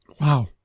Wow